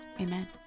Amen